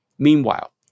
Meanwhile